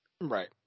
right